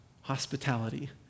Hospitality